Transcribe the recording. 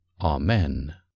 Amen